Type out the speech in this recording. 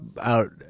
out